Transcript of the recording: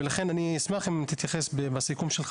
ולכן אני אשמח אם תתייחס בסיכום שלך,